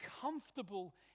comfortable